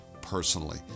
personally